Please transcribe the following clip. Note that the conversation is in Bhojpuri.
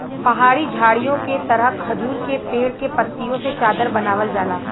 पहाड़ी झाड़ीओ के तरह खजूर के पेड़ के पत्तियों से चादर बनावल जाला